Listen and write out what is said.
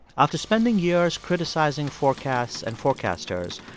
after spending years criticizing forecasts and forecasters,